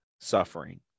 suffering